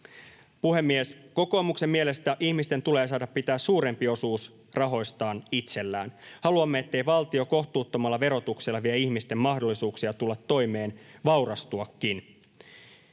Puhemies! Kokoomuksen mielestä ihmisten tulee saada pitää suurempi osuus rahoistaan itsellään. Haluamme, ettei valtio kohtuuttomalla verotuksella vie ihmisten mahdollisuuksia tulla toimeen, vaurastuakin.